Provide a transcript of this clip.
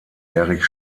erich